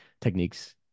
techniques